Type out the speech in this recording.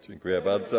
Dziękuję bardzo.